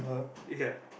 ya